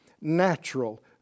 natural